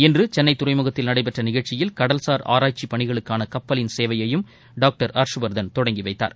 இன்று சென்னை துறைமுகத்தில் நடைபெற்ற நிகழ்ச்சியில் கடல்சார் ஆராய்ச்சி பணிகளுக்கான கப்பலின் சேவையையும் டாக்டர் ஹர்ஷ்வர்தன் தொடங்கி வைத்தார்